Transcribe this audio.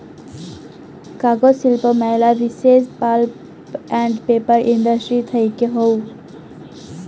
কাগজ শিল্প ম্যালা বিসেস পাল্প আন্ড পেপার ইন্ডাস্ট্রি থেক্যে হউ